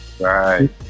Right